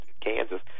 Kansas